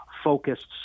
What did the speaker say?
focused